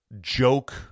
joke